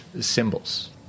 symbols